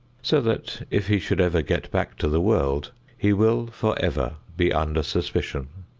so that if he should ever get back to the world he will forever be under suspicion.